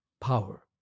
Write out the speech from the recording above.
power